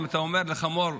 אם אתה אומר לחמור,